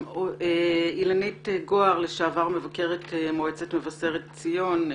אילנית גוהר, לשעבר מבקרת מועצת מבקשת ציון.